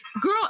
girl